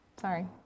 Sorry